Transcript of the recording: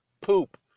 poop